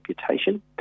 reputation